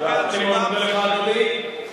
אם תקבל תשובה, אני מאוד מודה לך, אדוני.